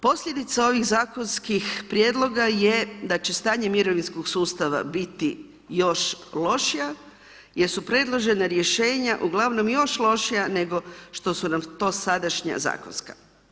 Posljedica ovih zakonskih prijedloga je da će stanje mirovinskog sustava biti još lošija, jer su predložena rješenja, ugl. još lošija nego što su nam to sadašnja zakonska.